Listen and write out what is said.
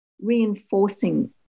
reinforcing